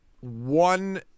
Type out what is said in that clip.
one